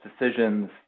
decisions